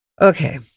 Okay